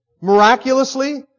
miraculously